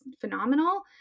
phenomenal